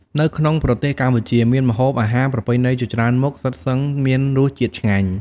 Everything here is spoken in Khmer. នៅក្នុងប្រទេសកម្ពុជា មានម្ហូបអាហារប្រពៃណីជាច្រើនមុខសុទ្ធសឹងមានរសជាតិឆ្ងាញ់។